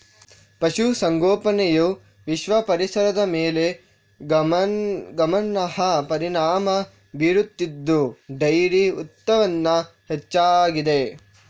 ಪಶು ಸಂಗೋಪನೆಯು ವಿಶ್ವ ಪರಿಸರದ ಮೇಲೆ ಗಮನಾರ್ಹ ಪರಿಣಾಮ ಬೀರುತ್ತಿದ್ದು ಡೈರಿ ಉತ್ಪನ್ನ ಹೆಚ್ಚಾಗಿದೆ